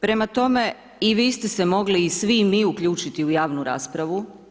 Prema tome, i vi ste se mogli i svi mi uključiti u javnu raspravu.